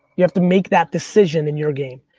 you have to make that decision in your game.